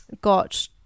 got